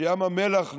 שים המלח נעלם,